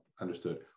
Understood